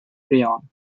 crayon